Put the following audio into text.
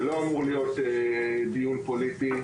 זה לא אמור להיות דיון פוליטי.